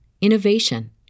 innovation